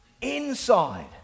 inside